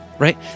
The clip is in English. right